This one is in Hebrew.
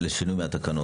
המטרה?